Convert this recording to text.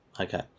Okay